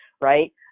right